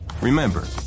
Remember